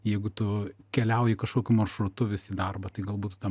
jeigu tu keliauji kažkokiu maršrutu vis į darbą tai galbūt tą